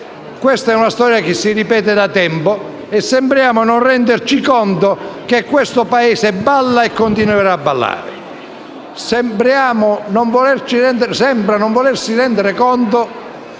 Questa storia si ripete da tempo e sembriamo non renderci conto che questo Paese balla e continuerà a ballare. Sembriamo non volerci rendere conto